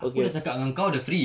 aku dah cakap dengan kau dia free